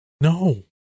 No